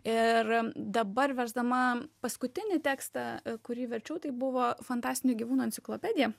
ir dabar versdama paskutinį tekstą kurį verčiau tai buvo fantastinių gyvūnų enciklopedija